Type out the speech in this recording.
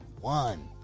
One